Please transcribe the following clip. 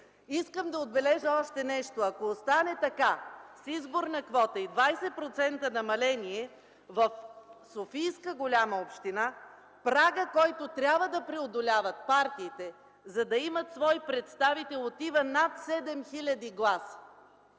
Искам да отбележа още нещо. Ако остане така с изборна квота и 20% намаление в Софийска голяма община, прагът, който трябва да преодоляват партиите, за да имат свой представител, отива над 7000 гласа.